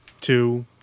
two